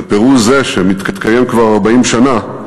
ופירוז זה, שמתקיים כבר 40 שנה,